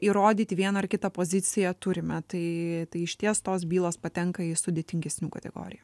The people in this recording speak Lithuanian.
įrodyt vieną ar kitą poziciją turime tai tai išties tos bylos patenka į sudėtingesnių kategoriją